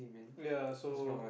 ya so